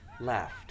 left